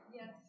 Yes